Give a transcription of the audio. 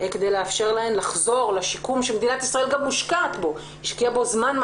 כדי לאפשר להן לחזור לשיקום שמדינת ישראל השקיעה בו זמן,